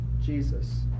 Jesus